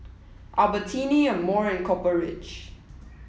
Albertini Amore and Copper Ridge